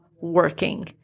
working